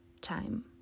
time